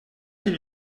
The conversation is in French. qui